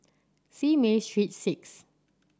Simei Street Six